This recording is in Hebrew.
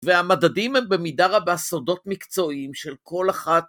והמדדים הם במידה רבה סודות מקצועיים של כל אחת.